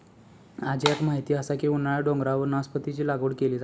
अजयाक माहीत असा की उन्हाळ्यात डोंगरावर नासपतीची लागवड केली जाता